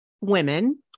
women